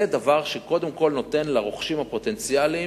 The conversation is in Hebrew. זה דבר שקודם כול נותן לרוכשים הפוטנציאליים,